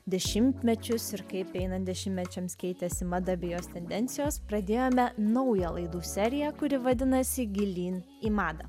dešimtmečius ir kaip einant dešimtmečiams keitėsi mada bei jos tendencijos pradėjome naują laidų seriją kuri vadinasi gilyn į madą